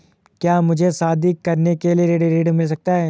क्या मुझे शादी करने के लिए ऋण मिल सकता है?